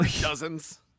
Dozens